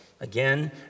Again